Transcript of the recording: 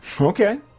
Okay